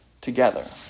together